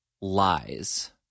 lies